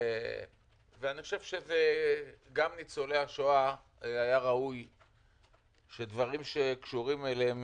אני חושב שהיה ראוי שדברים שקשורים לניצולי